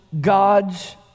God's